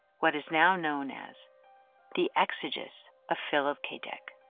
what is now known as the exegesis of philip k dick.